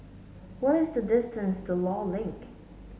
what is the distance to Law Link